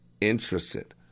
interested